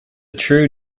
true